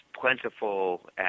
plentiful